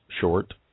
short